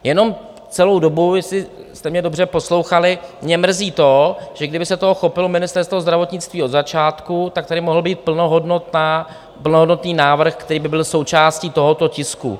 Jenom celou dobu, jestli jste mě dobře poslouchali, mě mrzí to, že kdyby se toho chopilo Ministerstvo zdravotnictví od začátku, tak tady mohl být plnohodnotný návrh, který by byl součástí tohoto tisku.